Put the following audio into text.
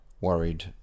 worried